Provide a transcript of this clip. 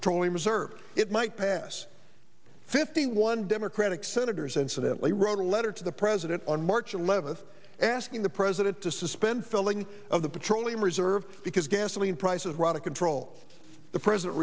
petroleum reserve it might pass fifty one democratic senators incidentally wrote a letter to the president on march eleventh asking the president to suspend selling of the petroleum reserve because gasoline prices run a control the president